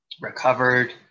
recovered